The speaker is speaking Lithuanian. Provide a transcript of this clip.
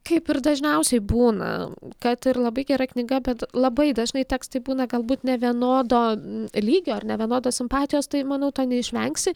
kaip ir dažniausiai būna kad ir labai gera knyga bet labai dažnai tekstai būna galbūt nevienodo lygio ar nevienodos simpatijos tai manau to neišvengsi